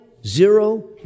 Zero